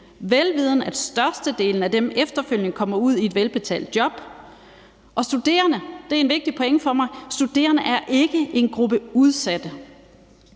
vel vidende at størstedelen af dem efterfølgende kommer ud i et velbetalt job. Studerende – det er en vigtig pointe